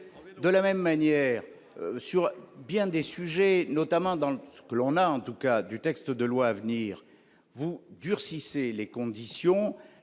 de la même manière, sur bien des sujets, notamment dans le ce que l'on a, en tout cas du texte de loi à venir vous durcissait les conditions,